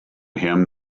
him